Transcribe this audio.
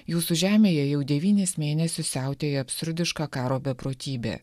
jūsų žemėje jau devynis mėnesius siautėja absurdiška karo beprotybė